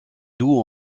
doux